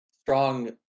Strong